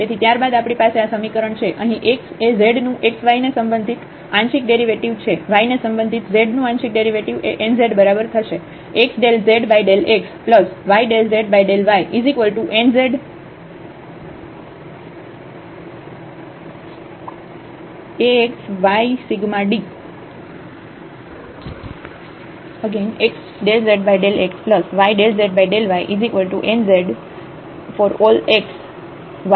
તેથી ત્યારબાદ આપણી પાસે આ સમીકરણ છે અહીં x એ z નું xy ને સંબંધિત આંશિક ડેરિવેટિવ છે y ને સંબંધિત z નું આંશિક ડેરિવેટિવ એ nz બરાબર થશે